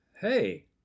Hey